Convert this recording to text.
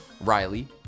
Riley